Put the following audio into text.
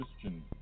Christian